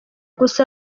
gusa